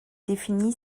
définit